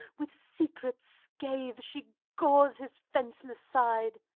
with secret scathe she gores his fenceless side!